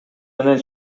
менен